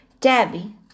Debbie